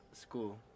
school